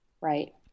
Right